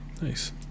Nice